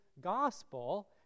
gospel